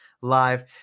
live